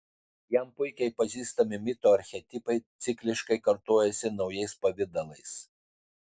jam puikiai pažįstami mito archetipai cikliškai kartojasi naujais pavidalais